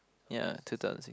ya two thousand